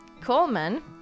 Coleman